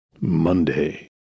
Monday